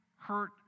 hurt